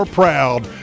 proud